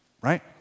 right